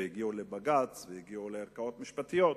שהגיעו לבג"ץ והגיעו לערכאות משפטיות.